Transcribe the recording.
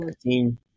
team